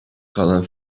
kalan